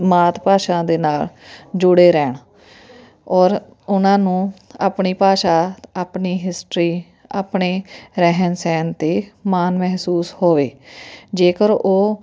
ਮਾਤ ਭਾਸ਼ਾ ਦੇ ਨਾਲ ਜੁੜੇ ਰਹਿਣ ਔਰ ਉਹਨਾਂ ਨੂੰ ਆਪਣੀ ਭਾਸ਼ਾ ਆਪਣੀ ਹਿਸਟਰੀ ਆਪਣੇ ਰਹਿਣ ਸਹਿਣ 'ਤੇ ਮਾਣ ਮਹਿਸੂਸ ਹੋਵੇ ਜੇਕਰ ਉਹ